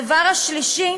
הדבר השלישי